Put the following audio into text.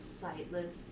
sightless